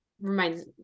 reminds